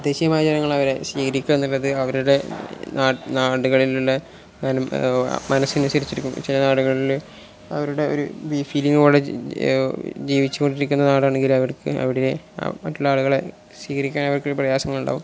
തദ്ദേശിക ആചാരങ്ങളവരെ സ്വീകരിക്കുക എന്നുള്ളത് അവരുടെ നാ നാടുകളിലുള്ള മനസ്സിനനുസരിച്ചിരിക്കും ചില നാടുകളിൽ അവരുടെ ഒരു ബി ഫീലിങ്ങോടെ ജീവിച്ചു കൊണ്ടിരിക്കുന്ന നാടാണെങ്കിൽ അവർക്ക് അവിടെ മറ്റുള്ള ആളുകളെ സ്വീകരിക്കാനവർക്ക് പ്രയാസമുണ്ടാകും